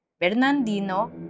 Bernardino